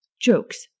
Jokes